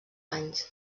anys